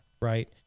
right